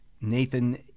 Nathan